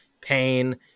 pain